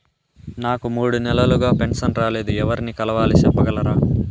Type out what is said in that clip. నాకు మూడు నెలలుగా పెన్షన్ రాలేదు ఎవర్ని కలవాలి సెప్పగలరా?